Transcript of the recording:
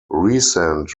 recent